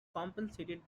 compensated